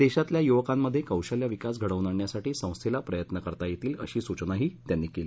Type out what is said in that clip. देशातल्या युवकांमध्ये कौशल्य विकास घडवून आणण्यासाठी संस्थेला प्रयत्न करता येतील अशी सूचनाही त्यांनी केली